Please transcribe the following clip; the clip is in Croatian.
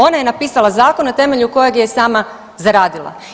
Ona je napisala zakone na temelju koje je i sama zaradila.